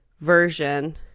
version